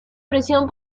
prisión